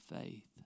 faith